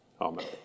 Amen